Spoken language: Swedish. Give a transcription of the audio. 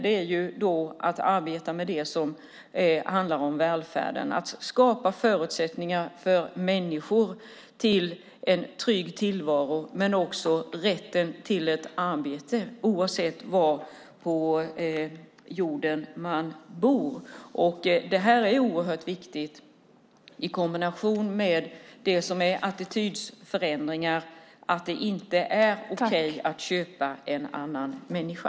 En del handlar om att arbeta med välfärden, det vill säga skapa förutsättningar för människor till en trygg tillvaro och rätten till ett arbete oavsett var på jorden man bor. Det är oerhört viktigt i kombination med attitydförändringar. Det är inte okej att köpa en annan människa.